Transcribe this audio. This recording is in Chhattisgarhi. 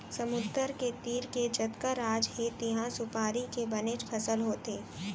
समुद्दर के तीर के जतका राज हे तिहॉं सुपारी के बनेच फसल होथे